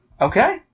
Okay